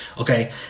Okay